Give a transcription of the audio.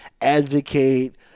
advocate